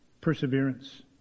perseverance